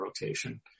rotation